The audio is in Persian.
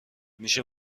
میشه